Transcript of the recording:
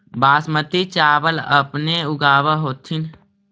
बासमती चाबल अपने ऊगाब होथिं?